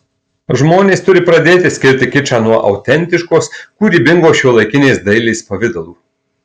žmonės turi pradėti skirti kičą nuo autentiškos kūrybingos šiuolaikinės dailės pavidalų